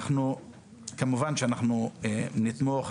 כמובן שאנחנו נתמוך.